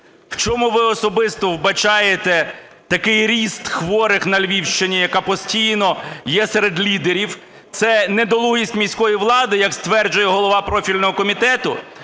В чому ви особисто вбачаєте такий ріст хворих на Львівщині, яка постійно є серед лідерів? Це недолугість міської влади, як стверджує голова профільного комітету,